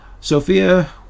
Sophia